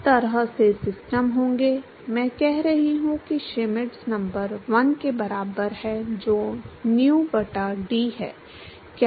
किस तरह के सिस्टम होंगे मैं कह रहा हूं कि श्मिट नंबर 1 के बराबर है जो nu बटा D है